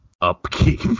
upkeep